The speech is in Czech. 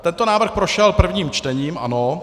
Tento návrh prošel prvním čtením, ano.